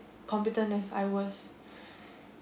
competent as I was